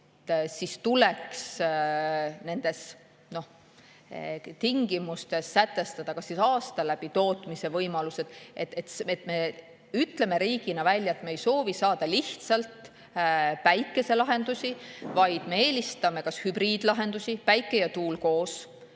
tuleks nendes tingimustes sätestada näiteks aasta läbi tootmise võimalused. See tähendab, et me ütleme riigina välja, et me ei soovi saada lihtsalt päikeselahendusi, vaid me eelistame kas hübriidlahendusi, päike ja tuul koos,